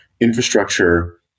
infrastructure